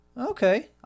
okay